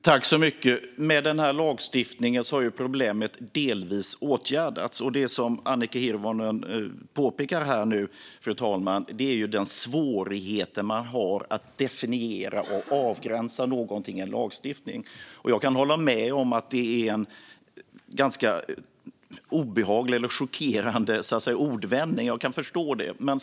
Fru talman! Med denna lagstiftning har problemet delvis åtgärdats. Det som Annika Hirvonen påpekar här är svårigheten att definiera och avgränsa någonting i lagstiftning. Jag kan hålla med om att det är en ganska obehaglig, eller chockerande, ordvändning - jag kan förstå det.